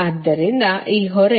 ಆದ್ದರಿಂದ ಈ ಹೊರೆ